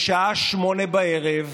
ב-20:00,